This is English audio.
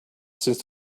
since